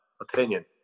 opinion